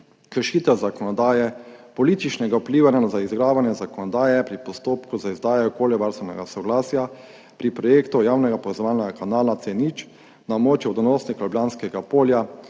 kršitev zakonodaje, političnega vplivanja na izigravanje zakonodaje pri postopku za izdajo okoljevarstvenega soglasja pri projektu javnega povezovalnega kanala C0 na območju vodonosnika Ljubljanskega polja,